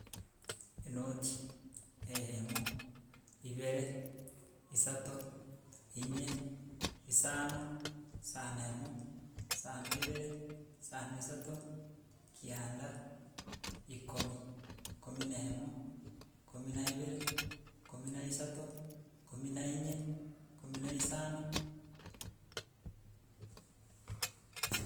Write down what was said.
Enoti eyemo ibere isato inye isano isano na emo isano ibere isano isato kianda ikomi. Ikomi na emo ikomi na ibere ikomi na isato ikomi na inye ikomi na isano.